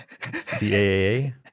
CAA